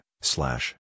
Slash